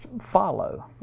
follow